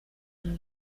media